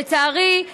לצערי,